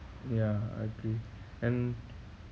ya I agree and